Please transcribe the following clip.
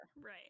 Right